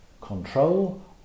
Control